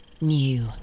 new